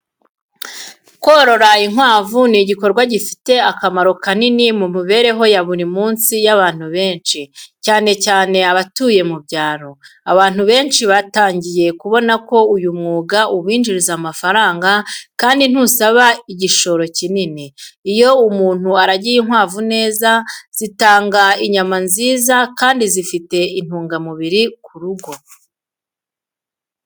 Korora inkwavu ni igikorwa gifite akamaro kanini mu mibereho ya buri munsi y’abantu benshi, cyane cyane abatuye mu byaro. Abantu benshi batangiye kubona ko uyu mwuga ubinjiriza amafaranga kandi ntusaba igishoro kinini. Iyo umuntu aragiye inkwavu neza, zitanga inyama nziza kandi zifite intungamubiri ku rugo.